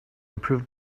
improved